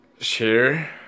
share